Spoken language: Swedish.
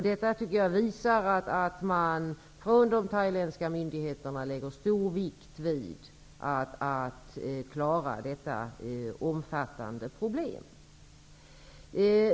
Jag tycker att detta visar att de thailändska myndigheterna lägger stor vikt vid att klara av detta omfattande problem.